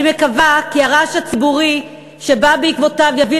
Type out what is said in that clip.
אני מקווה שהרעש הציבורי שבא בעקבות זאת יביא